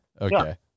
Okay